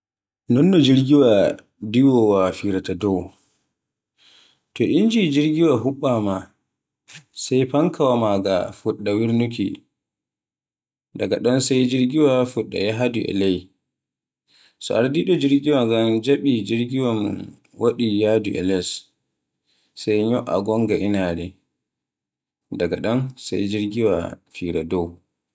Nonno jirgiwa diwoowa firaata dow. To jirgiwa huɓɓama sai fankawa maga fuɗɗa wirnuuki, daga ɗon sai jirgiwa fuɗɗa yahdu e leydi, so arɗiɗo jirgiwa ngan jaaɓi jirgiwa min waɗi yahdu e Les sai nyo'a gonga inaare. Daga ɗon sai jirgiwa fira dow.